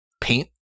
paint